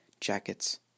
Jackets